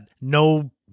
no